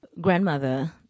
grandmother